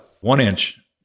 one-inch